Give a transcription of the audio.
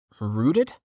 Rooted